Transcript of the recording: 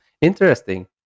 Interesting